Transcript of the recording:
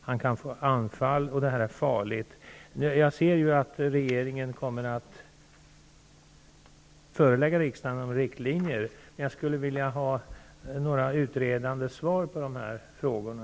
Han kan få anfall, och det är farligt. Jag ser att regeringen kommer att förelägga riksdagen riktlinjer, men jag skulle vilja ha några utredande svar på de här frågorna.